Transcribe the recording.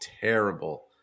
terrible